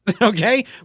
Okay